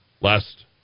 last